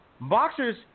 Boxers